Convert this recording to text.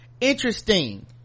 interesting